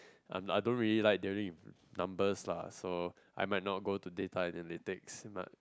I'm I don't really like dealing with numbers lah so I might not go to data analytics